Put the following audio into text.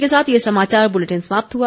इसी के साथ ये समाचार बुलेटिन समाप्त हुआ